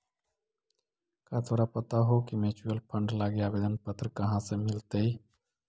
का तोरा पता हो की म्यूचूअल फंड लागी आवेदन पत्र कहाँ से मिलतई?